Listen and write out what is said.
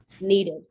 needed